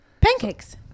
Pancakes